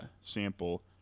sample